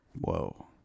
Whoa